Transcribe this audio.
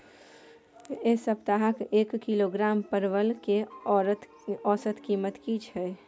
ऐ सप्ताह एक किलोग्राम परवल के औसत कीमत कि हय?